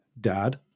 dad